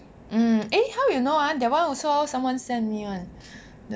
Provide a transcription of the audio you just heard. mm eh how you know ah that one also someone sent me [one]